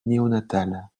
néonatale